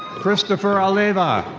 christopher alleva.